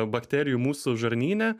bakterijų mūsų žarnyne